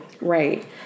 Right